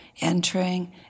entering